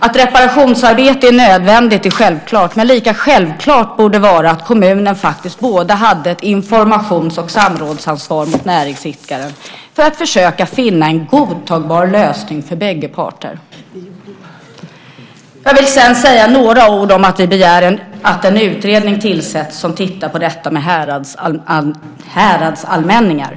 Att reparationsarbete är nödvändigt är självklart, men lika självklart borde det vara att kommunen skulle ha både ett informations och ett samrådsansvar gentemot näringsidkaren för att försöka finna en godtagbar lösning för bägge parter. Jag vill sedan säga några ord om att vi begär att en utredning ska tillsättas som ska titta på frågan om häradsallmänningar.